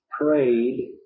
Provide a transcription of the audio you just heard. prayed